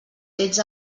fets